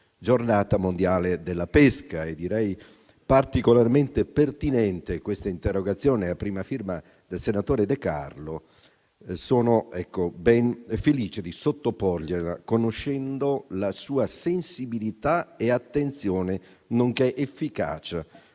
Giornata mondiale della pesca e direi che è particolarmente pertinente questa interrogazione, a prima firma del senatore De Carlo. Quindi, sono ben felice di sottoporgliela conoscendo la sua sensibilità, attenzione, nonché efficacia